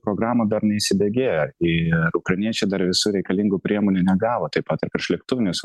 programa dar neįsibėgėjo ir ukrainiečiai dar visų reikalingų priemonių negavo taip pat ir priešlėktuvinės